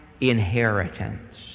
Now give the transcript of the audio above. inheritance